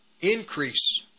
increase